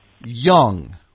Young